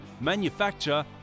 manufacture